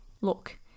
Look